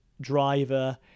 driver